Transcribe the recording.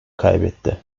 kaybetti